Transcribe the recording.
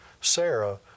Sarah